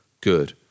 good